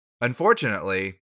Unfortunately